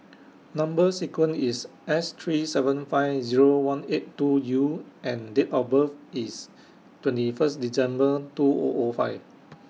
Number sequence IS S three seven five Zero one eight two U and Date of birth IS twenty First December two O O five